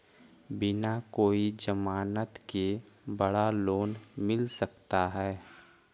बिना कोई जमानत के बड़ा लोन मिल सकता है?